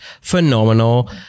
phenomenal